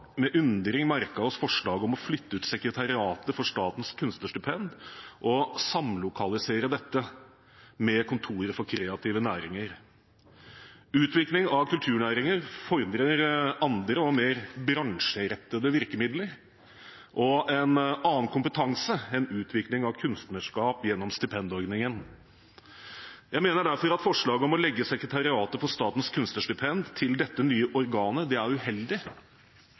med undring merket oss forslaget om å flytte ut sekretariatet for Statens kunstnerstipend og samlokalisere dette med kontoret for kreative næringer. Utvikling av kulturnæringer fordrer andre og mer bransjerettede virkemidler og en annen kompetanse enn utvikling av kunstnerskap gjennom stipendordningen. Jeg mener derfor at forslaget om å legge sekretariatet for Statens kunstnerstipend til dette nye organet er uheldig.